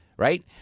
Right